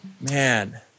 man